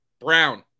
Brown